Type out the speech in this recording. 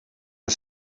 een